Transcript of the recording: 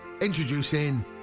introducing